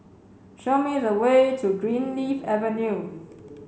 show me the way to Greenleaf Avenue